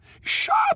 Shut